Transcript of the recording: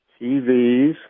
TVs